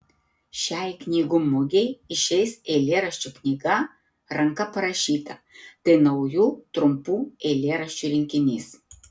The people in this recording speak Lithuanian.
šiai knygų mugei išeis eilėraščių knyga ranka parašyta tai naujų trumpų eilėraščių rinkinys